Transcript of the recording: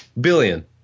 Billion